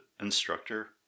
instructor